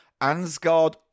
Ansgard